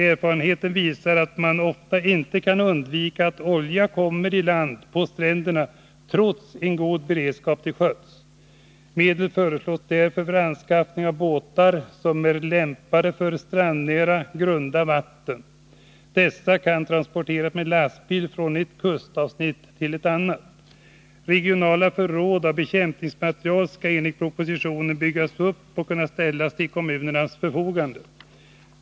Erfarenheten visar att man ofta inte kan undvika att olja kommer i land på stränderna, trots en god beredskap till sjöss. Medel föreslås därför för anskaffning av båtar som är lämpade för strandnära, grunda vatten. Dessa båtar kan transporteras med lastbil från ett kustavsnitt till ett annat. Regionala förråd av bekämpningsmateriel skall enligt propositionen byggas upp och kunna ställas till kommunernas förfogande.